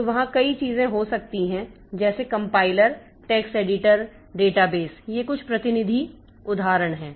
तो वहाँ कई चीजें हो सकती हैं जैसे कम्पाइलर टेक्स्ट एडिटर डेटाबेस ये कुछ प्रतिनिधि उदाहरण हैं